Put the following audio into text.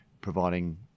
providing